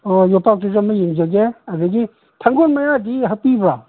ꯑꯥ ꯌꯣꯝꯄꯥꯛꯇꯨꯖꯨ ꯑꯃ ꯌꯦꯡꯖꯒꯦ ꯑꯗꯒꯤ ꯊꯥꯡꯒꯣꯟ ꯃꯌꯥꯗꯤ ꯍꯥꯞꯄꯤꯕ꯭ꯔꯥ